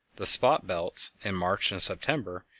the spot belts, in march and september,